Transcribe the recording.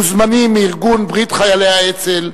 מוזמנים מארגון ברית חיילי האצ"ל,